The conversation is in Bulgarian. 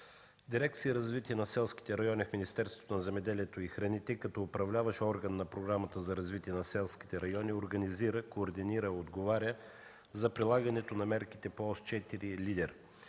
Дирекция „Развитие на селските райони” в Министерството на земеделието и храните като управляващ орган на Програмата за развитие на селските райони организира, координира и отговаря за прилагането на мерките по Ос 4 и